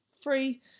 free